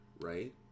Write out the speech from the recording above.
right